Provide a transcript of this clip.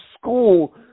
school